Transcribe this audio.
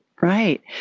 right